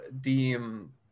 deem